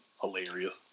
Hilarious